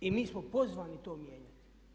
I mi smo pozvani to mijenjati.